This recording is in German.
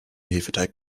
hefeteig